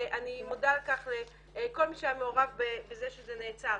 אני מודה על כך לכל מי שהיה מעורב בזה שזה נעצר.